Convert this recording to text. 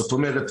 זאת אומרת,